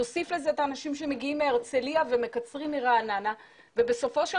תוסיף לזה את האנשים שמגיעים מהרצליה ומקצרים מרעננה ובסופו של